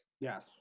Yes